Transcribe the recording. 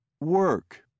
Work